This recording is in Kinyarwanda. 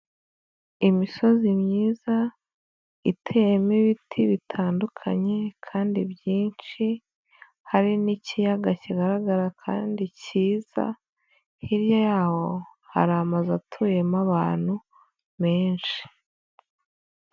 Imisozi myiza iteyemo ibiti bitandukanye kandi byinshi, hari n'ikiyaga kigaragara kandi cyiza, hirya yaho hari amazu atuyemo abantu menshi.